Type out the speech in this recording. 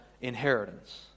inheritance